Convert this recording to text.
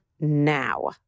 now